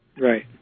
Right